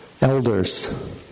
elders